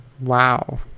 Wow